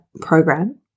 program